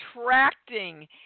attracting